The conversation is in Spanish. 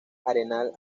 arenal